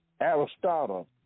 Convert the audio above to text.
Aristotle